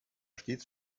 stets